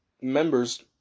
members